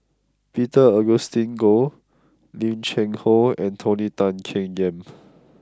Peter Augustine Goh Lim Cheng Hoe and Tony Tan Keng Yam